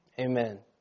Amen